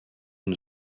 une